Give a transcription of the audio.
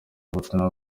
ubutumwa